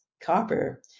copper